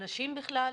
נשים בכלל,